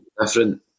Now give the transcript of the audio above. different